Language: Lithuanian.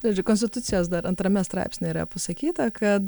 ir konstitucijos dar antrame straipsnyje yra pasakyta kad